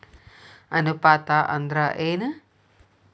ಅನುಪಾತ ಅಂದ್ರ ಏನ್?